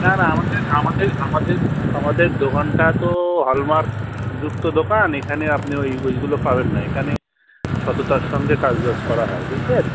না না আমাদের আমাদের আমাদের আমাদের দোকানটা তো হলমার্ক যুক্ত দোকান এখানে আপনি ঐ ঐগুলো পাবেন না এখানে সততার সঙ্গে কাজবাজ করা হয় বুঝলেন